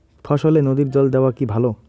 ফসলে নদীর জল দেওয়া কি ভাল?